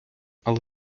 але